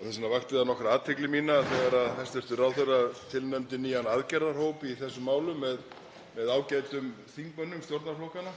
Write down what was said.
og þess vegna vakti það nokkra athygli mína þegar hæstv. ráðherra tilnefndi nýjan aðgerðahóp í þessum málum með ágætum þingmönnum stjórnarflokkanna.